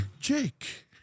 Jake